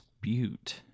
butte